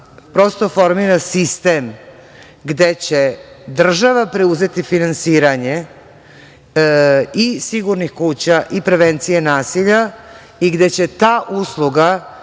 prosto formira sistem gde će država preuzeti finansiranje i "sigurnih kuća" i prevencije nasilja i gde će ta usluga